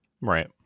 right